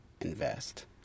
invest